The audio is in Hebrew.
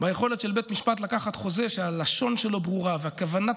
ביכולת של בית משפט לקחת חוזה שהלשון שלו ברורה וכוונת